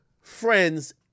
friends